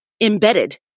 embedded